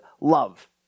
love